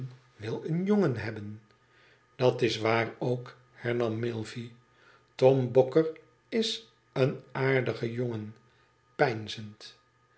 wil een jongen hebben dat is waar ook hernam milvey tom boeker is een aardige jongen